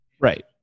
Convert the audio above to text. Right